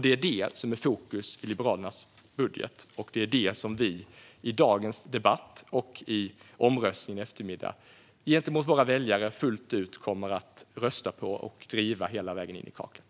Det är det som är i fokus i Liberalernas budget, det är det som vi framför i dagens debatt gentemot våra väljare och det är det som vi i omröstningen i eftermiddag kommer att rösta på fullt ut och driva hela vägen in i kaklet.